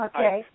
Okay